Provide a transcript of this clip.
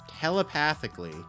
telepathically